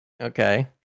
Okay